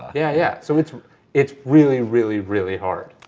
yeah yeah, so it's it's really, really, really hard.